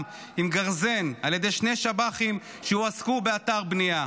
עם גרזן על ידי שני שב"חים שהועסקו באתר בנייה,